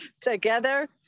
together